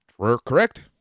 Correct